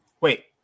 Wait